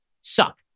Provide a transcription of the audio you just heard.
suck